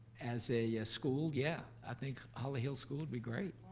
as a yeah school, yeah. i think holly hill school would be great.